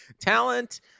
Talent